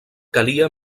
calia